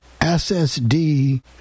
SSD